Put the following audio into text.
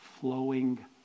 flowing